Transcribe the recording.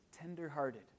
tender-hearted